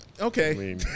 Okay